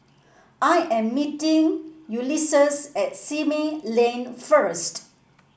I am meeting Ulises at Simei Lane first